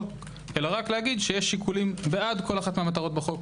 אלא רק לומר שיש שיקולים בעד כל אחת מהמטרות בחוק.